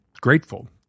grateful